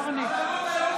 לא עונה.